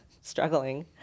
struggling